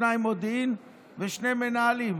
שניים מודיעין ושני מנהלים.